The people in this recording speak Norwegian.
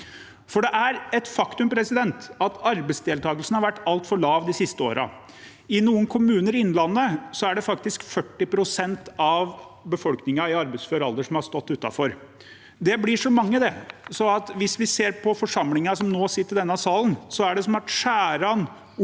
Nav. Det er et faktum at arbeidsdeltakelsen har vært altfor lav de siste årene. I noen kommuner i Innlandet er det faktisk 40 pst. av befolkningen i arbeidsfør alder som har stått utenfor. Det blir så mange at – hvis vi ser på forsamlingen som nå sitter i denne salen – det ville være